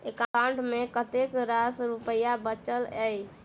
account मे कतेक रास रुपया बचल एई